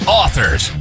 authors